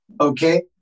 okay